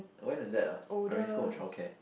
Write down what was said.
when was that ah primary school or childcare